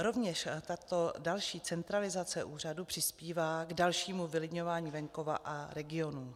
Rovněž tato další centralizace úřadu přispívá k dalšímu vylidňování venkova a regionů.